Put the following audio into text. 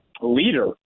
leader